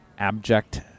abject